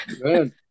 Good